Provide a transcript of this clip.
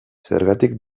zergatik